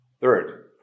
Third